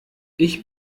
ich